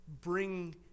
bring